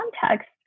context